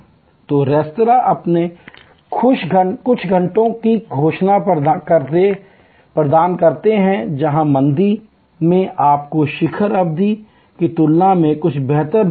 तो रेस्तरां आपको खुश घंटों की घोषणा करके प्रदान करते हैं जहां मंदी अवधि में आपको शिखर अवधि की तुलना में कुछ बेहतर दर मिलती है